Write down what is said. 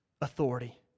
authority